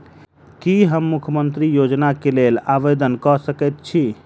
की हम मुख्यमंत्री योजना केँ लेल आवेदन कऽ सकैत छी?